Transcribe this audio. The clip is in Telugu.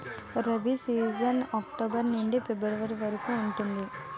రబీ సీజన్ అక్టోబర్ నుండి ఫిబ్రవరి వరకు ఉంటుంది